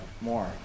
more